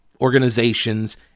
organizations